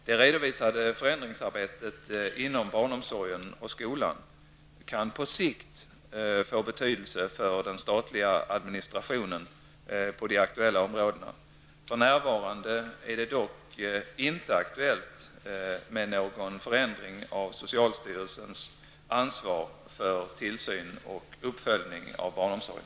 Det redovisade förändringsarbetet inom barnomsorgen och skolan kan på sikt få betydelse för den statliga administrationen på de aktuella områdena. För närvarande är det dock inte aktuellt med någon förändring av socialstyrelsens ansvar för tillsyn och uppföljning av barnomsorgen.